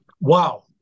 Wow